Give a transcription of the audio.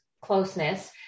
closeness